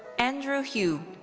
andrew hu.